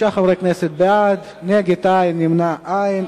26 חברי כנסת בעד, נגד, אין, נמנעים, אין.